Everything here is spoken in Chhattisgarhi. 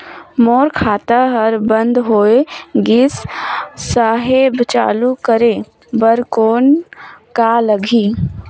मोर खाता हर बंद होय गिस साहेब चालू करे बार कौन का लगही?